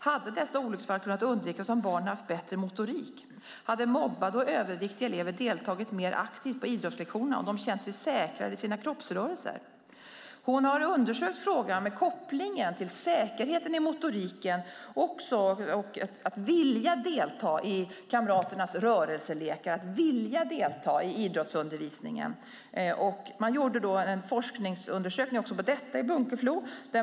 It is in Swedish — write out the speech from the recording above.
Hade dessa olycksfall kunnat undvikas om barnen haft bättre motorik? Hade mobbade och överviktiga elever deltagit mer aktivt på idrottslektionerna om de känt sig säkrare i sina kroppsrörelser? Hon har undersökt frågan med kopplingen till säkerheten i motoriken och att vilja delta i kamraternas rörelselekar och i idrottsundervisningen. Man gjorde en forskningsundersökning också på detta i Bunkeflo.